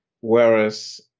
whereas